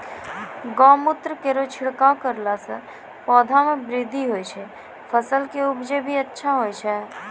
गौमूत्र केरो छिड़काव करला से पौधा मे बृद्धि होय छै फसल के उपजे भी अच्छा होय छै?